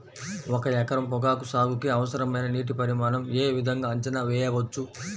ఒక ఎకరం పొగాకు సాగుకి అవసరమైన నీటి పరిమాణం యే విధంగా అంచనా వేయవచ్చు?